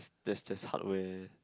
that's that's hardware